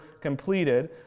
completed